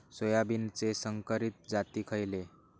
सोयाबीनचे संकरित जाती खयले?